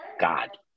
God